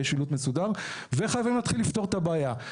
שילוט מסודר וחייבים להתחיל לפתור את הבעיה.